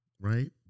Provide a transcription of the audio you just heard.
right